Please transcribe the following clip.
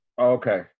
Okay